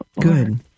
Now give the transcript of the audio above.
Good